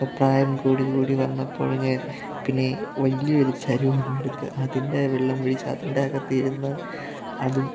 ഇപ്പോള് പ്രായം കൂടി കൂടി വന്നപ്പോള് ഞാൻ പിന്നെ വലിയൊരു ചരുവം എടുത്ത് അതിൻ്റെ വെള്ളം പിടിച്ച് അതിൻ്റെ അകത്തിരുന്ന് അതും